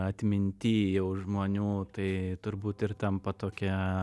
atminty jau žmonių tai turbūt ir tampa tokia